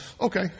Okay